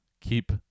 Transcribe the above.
keep